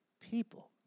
people